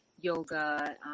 yoga